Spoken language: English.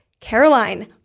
Caroline